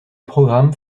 programme